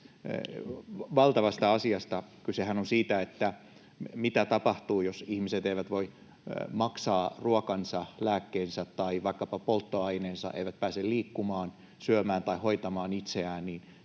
valtavasta asiasta, kysehän on siitä, mitä tapahtuu, jos ihmiset eivät voi maksaa ruokaansa, lääkkeitään tai vaikkapa polttoainettaan, eivät pääse liikkumaan, syömään tai hoitamaan itseään,